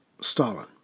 Stalin